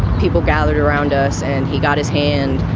people gathered around us and he got his hand.